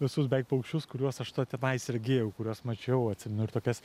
visus beveik paukščius kuriuos aš tada tenais regėjau kuriuos mačiau atsimenu ir tokias